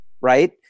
Right